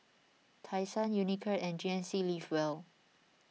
Tai Sun Unicurd and G N C Live Well